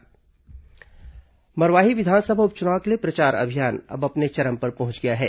मरवाही उपचुनाव मरवाही विधानसभा उपचुनाव के लिए प्रचार अभियान अब अपने चरम पर पहुंच गया है